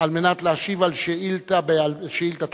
על מנת להשיב על שאילתא דחופה